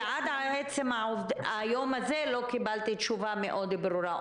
ועד עצם היום הזה לא קיבלתי תשובה מאוד ברורה.